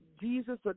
Jesus